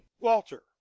walter